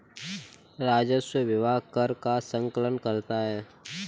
राजस्व विभाग कर का संकलन करता है